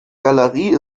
galerie